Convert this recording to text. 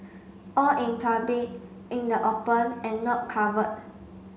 all in public in the open and not covered